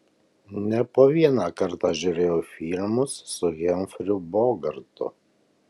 ne po vieną kartą žiūrėjau filmus su hemfriu bogartu